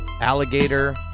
alligator